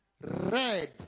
Red